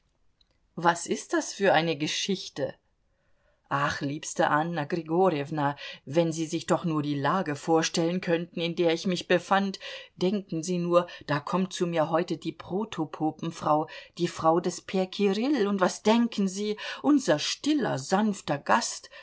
was ist das für eine geschichte ach liebste anna grigorjewna wenn sie sich doch nur die lage vorstellen könnten in der ich mich befand denken sie nur da kommt zu mir heute die protopopenfrau die frau des p kirill und was denken sie unser stiller sanfter gast